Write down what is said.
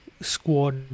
squad